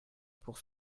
pour